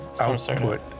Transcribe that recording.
output